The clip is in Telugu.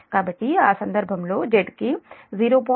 కాబట్టి ఆ సందర్భంలో Z కి 0